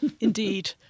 Indeed